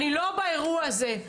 אני לא באירוע הזה.